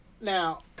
Now